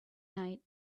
night